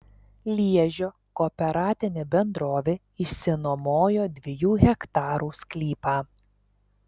liežio kooperatinė bendrovė išsinuomojo dviejų hektarų sklypą